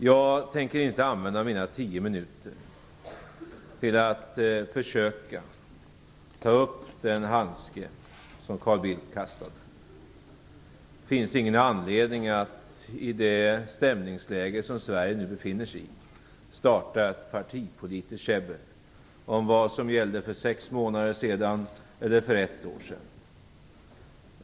Jag tänker inte använda mina tio minuter till att försöka ta upp den handske som Carl Bildt kastat. Det finns ingen anledning att i det stämningsläge som Sverige nu befinner sig i starta ett partipolitiskt käbbel om vad som gällde för sex månader sedan eller för ett år sedan.